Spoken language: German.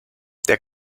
der